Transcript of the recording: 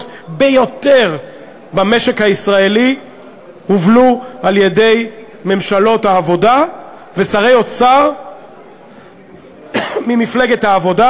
ביותר במשק הישראלי הובלו על-ידי ממשלות העבודה ושרי אוצר ממפלגת העבודה,